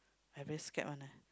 I very scared one leh